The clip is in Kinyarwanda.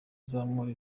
zamura